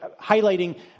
highlighting